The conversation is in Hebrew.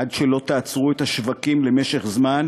עד שלא תעצרו את השווקים למשך זמן,